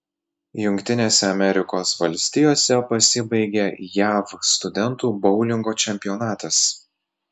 jungtinėse amerikos valstijose pasibaigė jav studentų boulingo čempionatas